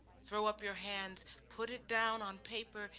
throw up your hands, put it down on paper,